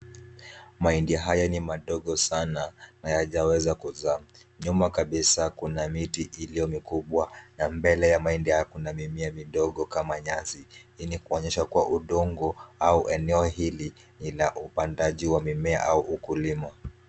Mahindi haya ni madogo sana na hayajaweza kuzaa ,nyuma kabisa kuna miti iliyo mikubwa na mbele ya mahindi kuna mimea midogo kama nyasi ,hii ni kuonyesha kuwa udongo au eneo hili ni la upandaji wa mimea au ukulima.